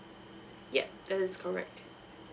yup that is correct